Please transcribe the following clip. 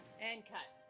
and cut.